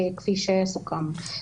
כפי שסוכם.